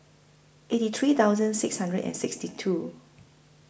eighty three thousand six hundred and sixty two